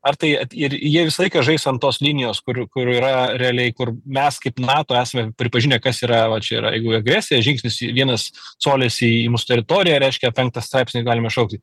ar tai ir jie visą laiką žais ant tos linijos kuri kur yra realiai kur mes kaip nato esame pripažinę kas yra va čia yra agresija žingsnis į vienas colis į į mūsų teritoriją reiškia penktą straipsnį galima šaukti